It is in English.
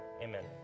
amen